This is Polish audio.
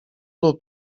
lub